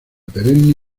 perenne